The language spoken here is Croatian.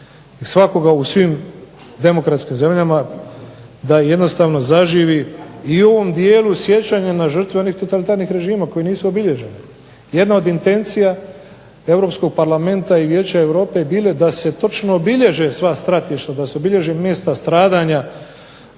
svakoga u svim demokratskim zemljama, da jednostavno zaživi i u ovom dijelu sjećanje na žrtve onih totalitarnih režima koji nisu obilježeni. Jedna od intencija Europskog Parlamenta i Vijeća Europe je bilo da se točno obilježe sva stratišta, da se obilježe mjesta stradanja,